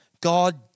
God